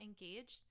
engaged